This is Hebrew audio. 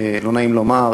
לא נעים לומר,